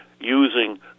using